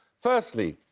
firstly,